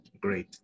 great